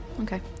okay